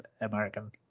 American